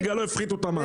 שבגללו הפחיתו את המס.